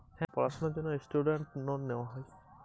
আমি পড়াশোনার জন্য কিভাবে লোন পাব?